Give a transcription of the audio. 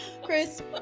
Chris